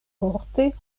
forte